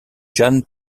jeanne